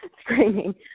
screaming